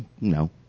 No